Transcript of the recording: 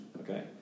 Okay